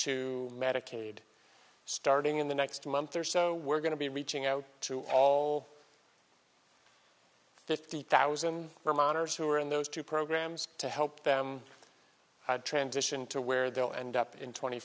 to medicaid starting in the next month or so we're going to be reaching out to all fifty thousand are minors who are in those two programs to help them transition to where they'll end up in tw